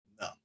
No